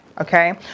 Okay